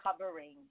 covering